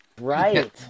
Right